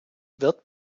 wird